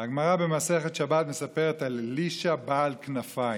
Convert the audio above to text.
הגמרא במסכת שבת מספרת על אלישע בעל כנפיים.